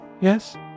yes